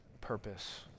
purpose